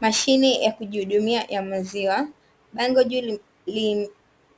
Mashine ya kujihudumia ya maziwa, bango juu